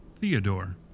Theodore